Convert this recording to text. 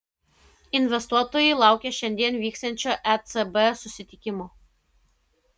investuotojai laukia šiandien vyksiančio ecb susitikimo